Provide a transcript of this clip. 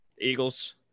Eagles